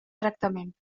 tractament